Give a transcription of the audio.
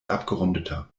abgerundeter